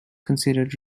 considered